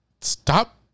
Stop